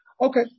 Okay